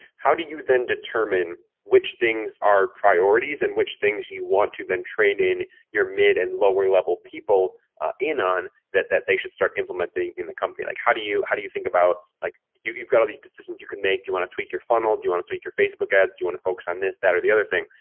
how do you then determine which things are priorities and which things you want to then train in your mid and lower level people ah in on that, that they should start implementing in the company? like how do you how do you think about like, you've got all these decisions you can make you want to tweak your funnel? do you want to tweak your facebook ads? you want to focus on this, that or the other thing?